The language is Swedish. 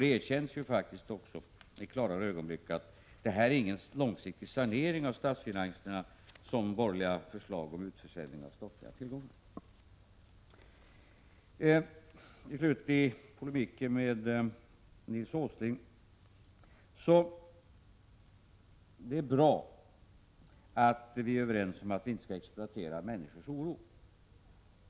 Det erkänns faktiskt också i klarare ögonblick att borgerliga förslag till utförsäljning av statliga tillgångar inte innebär någon långsiktig sanering av statsfinanserna. I polemiken med Nils Åsling vill jag till slut säga att det är bra att vi är överens om att inte exploatera människors oro.